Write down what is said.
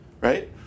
Right